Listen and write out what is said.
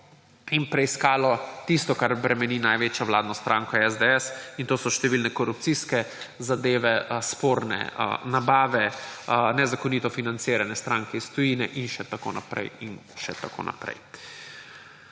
in preiskalo tisto, kar bremeni največjo vladno stranko SDS, in to so številne korupcijske zadeve, sporne nabave, nezakonito financiranje stranke iz tujine in še tako naprej in še tako naprej.